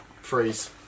Freeze